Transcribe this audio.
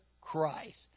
Christ